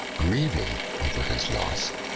grieving over his loss,